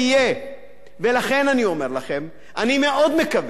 ולכן אני אומר לכם: אני מאוד מקווה שבוועדת